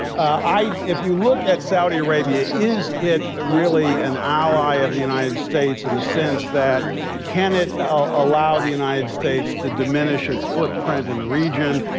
i if you look at saudi arabia, is it ah really an ally of the united states in the sense that can it ah allow the united states to diminish its footprint in the region,